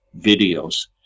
videos